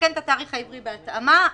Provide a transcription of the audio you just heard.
ונתקן את התאריך העברי בהתאמה.